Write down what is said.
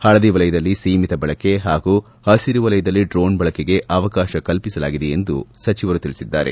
ಹಳದಿ ವಲಯದಲ್ಲಿ ಸೀಮಿತ ಬಳಕೆ ಹಾಗೂ ಹಸಿರು ವಲಯದಲ್ಲಿ ಡ್ರೋನ್ ಬಳಕೆಗೆ ಅವಕಾಶ ಕಲ್ಪಿಸಲಾಗಿದೆ ಎಂದು ಸಚಿವರು ತಿಳಿಸಿದ್ದಾರೆ